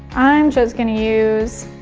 i am just gonna use